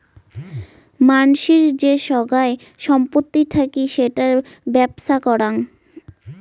মানসির যে সোগায় সম্পত্তি থাকি সেটার বেপ্ছা করাং